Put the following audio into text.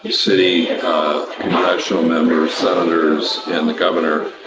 city congressional members, senators, and the governor,